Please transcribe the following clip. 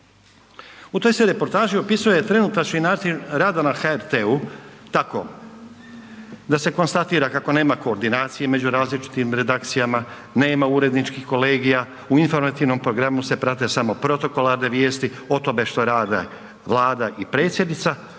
U toj se reportaži opisuje trenutačni način rada na HRT-u tako da se konstatira kako nema koordinacije među različitim redakcijama, nema uredničkih kolegija, u Informativnom programu se prate samo protokolarne vijesti o tome što radi Vlada i predsjednica, a novinare